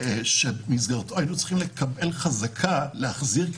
במסגרתו היינו צריכים לקבל חזקה להחזיר,